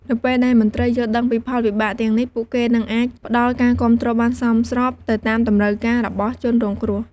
នៅពេលដែលមន្ត្រីយល់ដឹងពីផលវិបាកទាំងនេះ ពួកគេនឹងអាចផ្តល់ការគាំទ្របានសមស្របទៅតាមតម្រូវការរបស់ជនរងគ្រោះ។